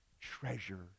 Treasure